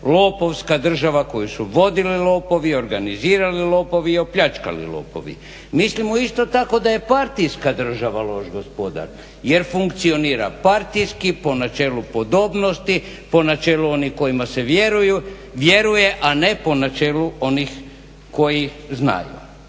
lopovska država koju su vodili lopovi, organizirali lopovi i opljačkali lopovi. Mislimo isto tako da je partijska država loš gospodar jer funkcionira partijski po načelu podobnosti, po načelu onih kojima se vjeruje, a ne po načelu onih koji znaju.